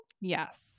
Yes